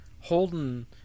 Holden